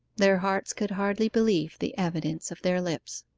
their hearts could hardly believe the evidence of their lips.